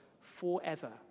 forever